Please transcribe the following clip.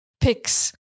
picks